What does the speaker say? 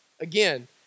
Again